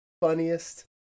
funniest